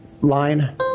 line